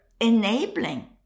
enabling